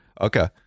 Okay